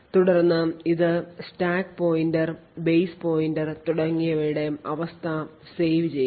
തുടർന്ന് ഇത് stack pointer base pointer തുടങ്ങിയവയുടെ അവസ്ഥ save ചെയ്യുന്നു